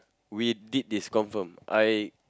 we did this confirm I